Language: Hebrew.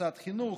מוסד חינוך,